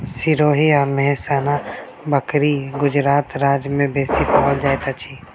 सिरोही आ मेहसाना बकरी गुजरात राज्य में बेसी पाओल जाइत अछि